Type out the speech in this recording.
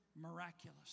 miraculous